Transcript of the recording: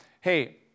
hey